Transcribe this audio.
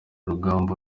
ruganda